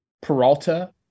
Peralta